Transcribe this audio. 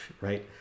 right